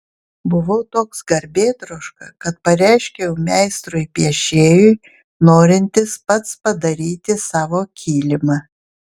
buvau toks garbėtroška kad pareiškiau meistrui piešėjui norintis pats padaryti savo kilimą